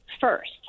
first